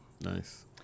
Nice